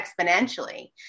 exponentially